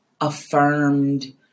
affirmed